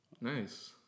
Nice